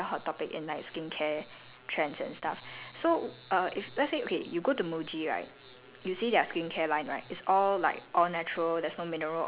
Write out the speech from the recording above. so it be it's becoming like a very hot topic like J beauty it's becoming a very hot topic in like skincare trends and stuff so err if let's say okay you go to muji right